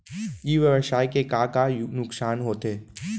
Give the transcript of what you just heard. ई व्यवसाय के का का नुक़सान होथे?